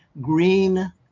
green